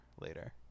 later